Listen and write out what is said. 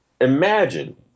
Imagine